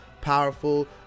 powerful